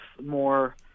more